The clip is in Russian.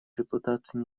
репутацию